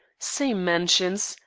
same mansions,